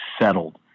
settled